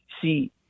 see